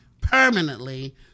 permanently